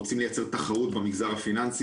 אלו שרוצים לייצר תחרות כאן במגזר הפיננסי,